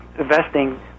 investing